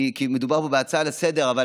כי מדובר פה בהצעה לסדר-היום,